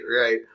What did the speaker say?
right